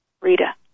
Rita